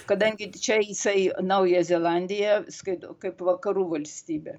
kadangi čia jisai naująją zelandiją skaito kaip vakarų valstybę